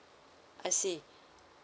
I see